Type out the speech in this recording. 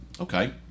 okay